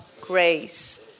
grace